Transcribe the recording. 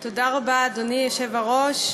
תודה רבה, אדוני היושב-ראש.